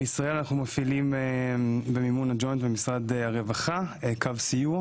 בישראל אנחנו מפעילים במימון הג'וינט ומשרד הרווחה קו סיוע.